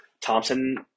Thompson